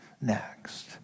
next